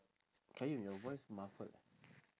qayyum your voice muffled